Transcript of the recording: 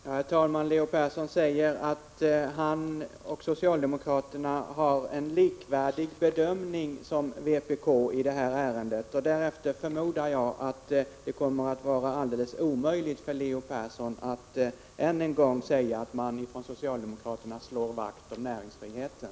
Herr talman! Leo Persson säger att socialdemokraterna och vpk har en likvärdig bedömning i detta ärende. Därför förmodar jag att det kommer att vara alldeles omöjligt för Leo Persson att än en gång säga att man från socialdemokraterna slår vakt om näringsfriheten.